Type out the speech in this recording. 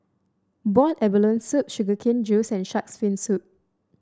Boiled Abalone Soup Sugar Cane Juice and shark's fin soup